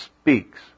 speaks